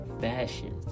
fashion